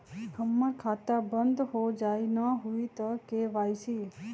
हमर खाता बंद होजाई न हुई त के.वाई.सी?